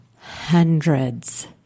hundreds